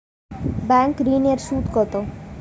Bank ঋন এর সুদ কত?